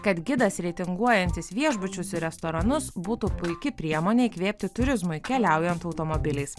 kad gidas reitinguojantis viešbučius ir restoranus būtų puiki priemonė įkvėpti turizmui keliaujant automobiliais